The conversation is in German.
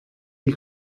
die